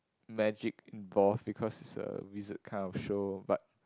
magic birth because it's a wizard kind of show but